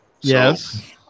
Yes